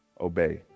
obey